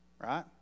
Right